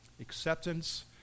Acceptance